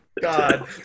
God